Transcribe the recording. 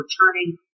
returning